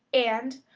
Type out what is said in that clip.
and,